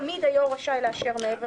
תמיד היושב-ראש רשאי לאשר מעבר.